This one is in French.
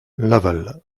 laval